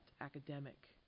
academic